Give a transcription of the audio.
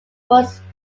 prospered